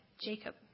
Jacob